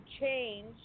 change